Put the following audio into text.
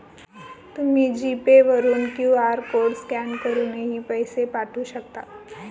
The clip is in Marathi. तुम्ही जी पे वरून क्यू.आर कोड स्कॅन करूनही पैसे पाठवू शकता